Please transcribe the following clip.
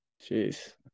Jeez